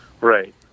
Right